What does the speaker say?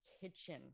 kitchen